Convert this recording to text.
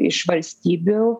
iš valstybių